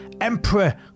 emperor